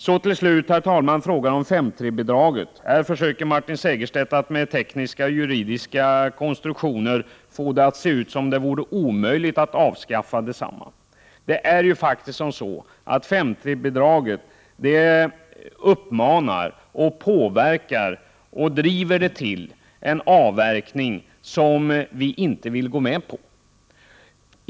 Slutligen till frågan om 5:3-bidraget. Här försöker Martin Segerstedt att med tekniska och juridiska konstruktioner få det att se ut som om det vore omöjligt att avskaffa detsamma. 5:3-bidraget uppmanar, påverkar och driver utvecklingen till en avverkning som vi folkpartister inte vill gå med på.